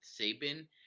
Saban